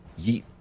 yeet